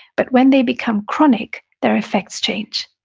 but when they become chronic, their effects change